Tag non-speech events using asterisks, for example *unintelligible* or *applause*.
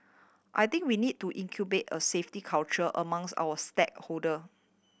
I think we need to *unintelligible* a safety culture amongst our stakeholder